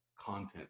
content